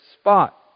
spot